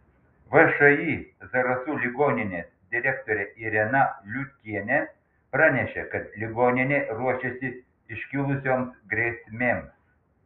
všį zarasų ligoninės direktorė irena liutkienė pranešė kad ligoninė ruošiasi iškilusioms grėsmėms